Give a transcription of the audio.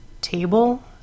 table